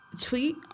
tweet